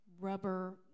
rubber